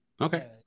Okay